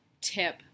tip